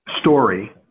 story